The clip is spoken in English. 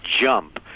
jump